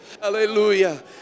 Hallelujah